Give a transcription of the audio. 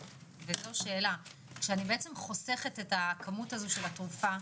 כשאני חוסכת את הכמות של התרופה,